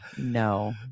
No